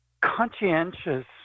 conscientious